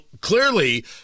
clearly